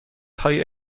های